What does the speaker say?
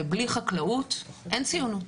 ובלי חקלאות אין ציונות,